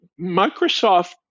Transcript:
microsoft